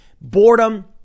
boredom